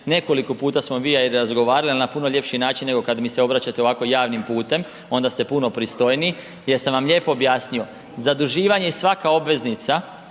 nekoliko puta smo vi i ja razgovarali ali na puno ljepši način nego kada mi se obraćate ovako javnim putem, onda ste puno pristojniji, jesam vam lijepo objasnio, zaduživanje i svaka obveznica